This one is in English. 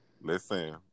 listen